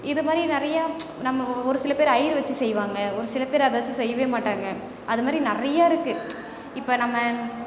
இதுமாதிரி நிறையா நம்ம ஒரு சில பேர் ஐயரு வச்சு செய்வாங்க ஒரு சில பேரு அதை வச்சு செய்யவே மாட்டாங்க அதை மாதிரி நிறைய இருக்குது இப்போ நம்ம